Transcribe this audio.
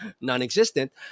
non-existent